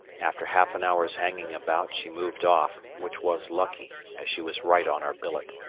after half an hour's hanging about she moved off, which was lucky, as she was right on our billet.